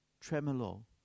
tremolo